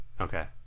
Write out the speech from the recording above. Okay